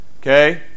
okay